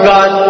God